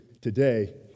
today